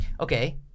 Okay